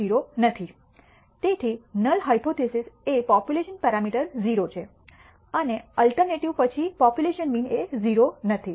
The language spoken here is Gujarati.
તેથી નલ હાયપોથીસિસ એ પોપ્યુલેશન પેરામીટર 0 છે અને અલ્ટરનેટિવ પછી પોપ્યુલેશન મીન એ 0 નથી